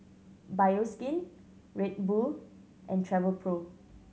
Bioskin Red Bull and Travelpro